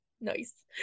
Nice